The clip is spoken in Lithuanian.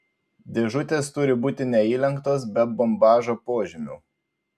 dėžutės turi būti neįlenktos be bombažo požymių